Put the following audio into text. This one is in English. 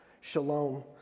shalom